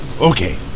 Okay